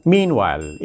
Meanwhile